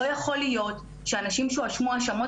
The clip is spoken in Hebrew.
לא יכול להיות שאנשים שהואשמו בהאשמות